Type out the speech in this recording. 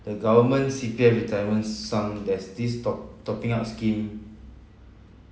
the government C_P_F retirement sum there's this top~ topping up scheme